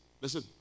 listen